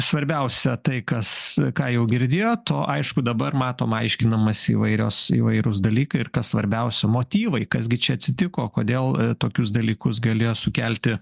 svarbiausia tai kas ką jau girdėjot o aišku dabar matom aiškinamos įvairios įvairūs dalykai ir kas svarbiausia motyvai kas gi čia atsitiko kodėl tokius dalykus galėjo sukelti